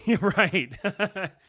Right